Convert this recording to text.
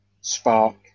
spark